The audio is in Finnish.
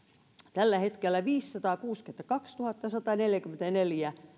tällä hetkellä viisisataakuusikymmentäkaksituhattasataneljäkymmentäneljä